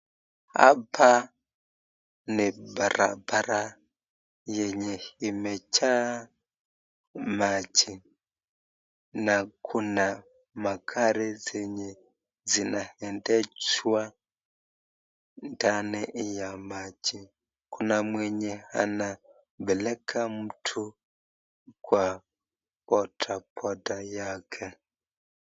Hapa ni barabara yenye imejaa maji na kuna magari zenye zinaendeshwa ndani ya maji. Kuna mwenye anapeleka mtu kwa bodaboda yake.